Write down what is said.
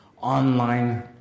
online